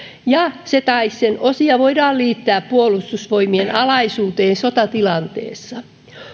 ja se tai sen osia voidaan liittää puolustusvoimien alaisuuteen sotatilanteessa